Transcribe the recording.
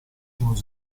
secolo